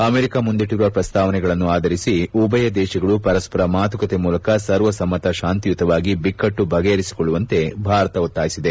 America ಮುಂದಿಟ್ಟರುವ ಪ್ರಸ್ತಾವನೆಗಳನ್ನೂ ಆಧರಿಸಿ ಉಭಯ ದೇಶಗಳು ಪರಸ್ಪರ ಮಾತುಕತೆ ಮೂಲಕ ಸರ್ವಸಮ್ಮತ ಶಾಂತಿಯುತವಾಗಿ ಬಿಕ್ಕಟ್ಟು ಬಗೆಹರಿಸಿಕೊಳ್ಳುವಂತೆ ಭಾರತ ಒತ್ತಾಯಿಸಿದೆ